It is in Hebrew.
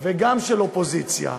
וגם של האופוזיציה.